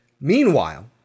Meanwhile